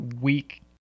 week